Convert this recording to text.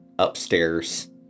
upstairs